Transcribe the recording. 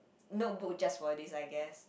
notebook just for this I guess